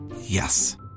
Yes